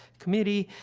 committee,